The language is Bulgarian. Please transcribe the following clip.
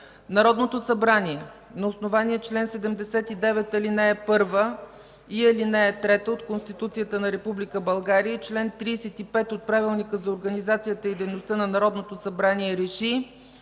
Народното събрание на основание чл. 79, ал. 1 и ал. 3 от Конституцията на Република България и чл. 35 от Правилника за организацията и дейността на Народното събрание